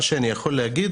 מה שאני יכול להגיד,